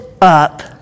up